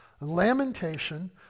lamentation